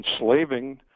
enslaving